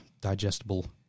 digestible